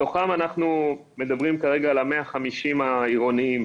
מתוכם אנחנו מדברים כרגע על המאה חמישים העירוניים,